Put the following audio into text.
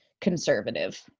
conservative